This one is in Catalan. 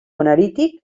nerític